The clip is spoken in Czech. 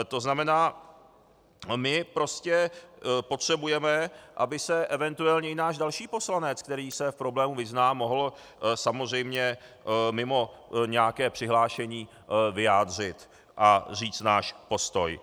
To znamená, my prostě potřebujeme, aby se eventuálně i náš další poslanec, který se v problému vyzná, mohl samozřejmě mimo nějaké přihlášení vyjádřit a říct náš postoj.